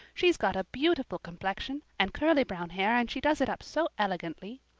she's got a beautiful complexion and curly brown hair and she does it up so elegantly.